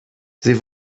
sie